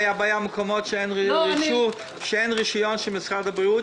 היתה בעיה שאין רשיון של משרד הבריאות,